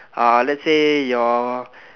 uh let's say your